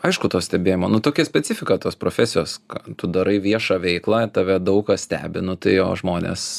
aišku to stebėjimo nu tokia specifika tos profesijos ką tu darai viešą veiklą tave daug kas stebi nu tai jo žmonės